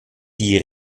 die